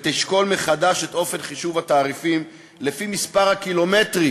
ותשקול מחדש את אופן חישוב התעריפים לפי מספר הקילומטרים